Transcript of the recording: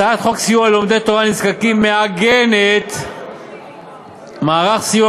הצעת חוק סיוע ללומדי תורה נזקקים מעגנת מערך סיוע